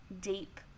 deep